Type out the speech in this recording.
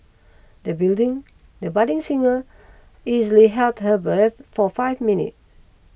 the building the budding singer easily held her breath for five minute